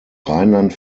rheinland